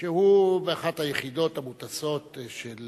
שהוא באחת היחידות המוטסות של